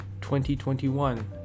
2021